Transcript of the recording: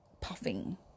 puffing